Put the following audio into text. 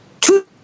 two